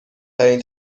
ترین